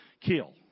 Kill